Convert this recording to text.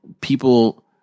people